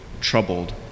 troubled